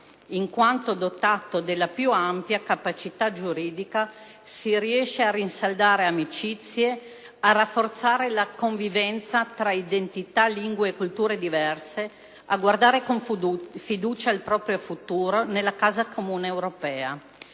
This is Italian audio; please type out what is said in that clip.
in quanto dotato della più ampia capacità giuridica, si riesce a rinsaldare amicizie, a rafforzare la convivenza tra identità, lingue e culture diverse e a guardare con fiducia il proprio futuro nella casa comune europea.